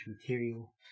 material